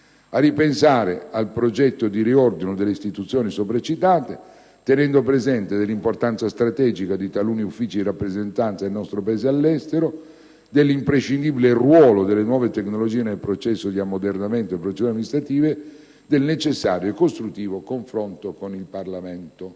a ripensare al progetto di riordino delle istituzioni sopra citate tenendo presente: *a)* l'importanza strategica di taluni uffici di rappresentanza del nostro Paese all'estero; *b)* l'imprescindibile ruolo delle nuove tecnologie nel processo di ammodernamento delle procedure amministrative; *c)* il necessario e costruttivo confronto con il Parlamento».